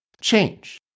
change